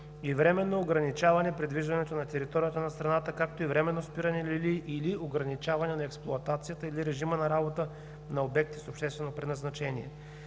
и временно ограничаване придвижването на територията на страната, както и временно спиране или ограничаване на експлоатацията или режима на работа на обекти с обществено предназначение.